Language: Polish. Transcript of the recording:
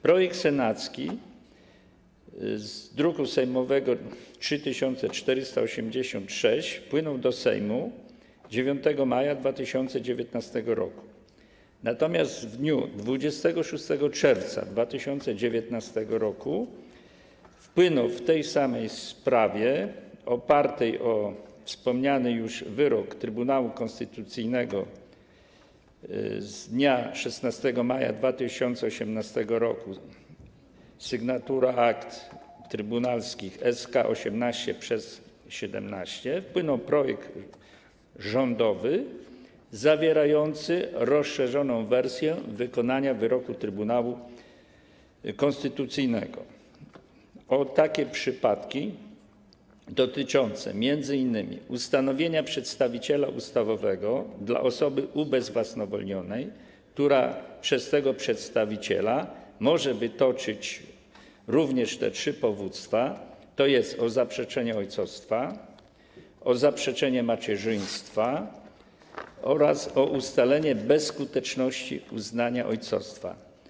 Projekt senacki z druku sejmowego nr 3486 wpłynął do Sejmu 9 maja 2019 r., natomiast w dniu 26 czerwca 2019 r. w tej samej sprawie opartej o wspomniany już wyrok Trybunału Konstytucyjnego z dnia 16 maja 2018 r., sygnatura akt trybunalskich SK 18/17, wpłynął projekt rządowy zawierający rozszerzoną wersję wykonania wyroku Trybunału Konstytucyjnego o przypadki dotyczące m.in. ustanowienia przedstawiciela ustawowego dla osoby ubezwłasnowolnionej, która przez tego przedstawiciela może wytoczyć również te trzy powództwa, tj. o zaprzeczenie ojcostwa, o zaprzeczenie macierzyństwa oraz o ustalenie bezskuteczności uznania ojcostwa.